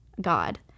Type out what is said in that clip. God